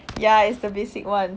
ya it's the basic one